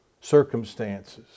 circumstances